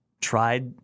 Tried